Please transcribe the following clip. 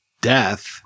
death